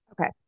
Okay